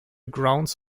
grounds